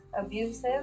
abusive